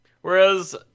Whereas